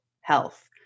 health